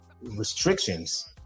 restrictions